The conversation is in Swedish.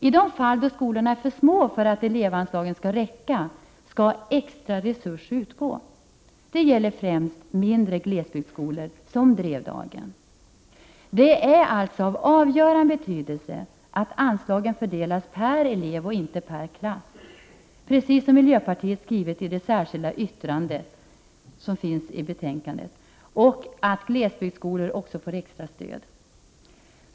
I de fall där skolorna är för små för att elevanslagen skall räcka skall extra resurser utgå. Det gäller främst mindre glesbygdsskolor som den i Drevdagen. Det är alltså av avgörande betydelse att anslagen fördelas per elev och inte per klass, precis som miljöpartiet har skrivit i det särskilda yttrande som finns i betänkandet, och att glesbygdsskolorna också får extra stöd.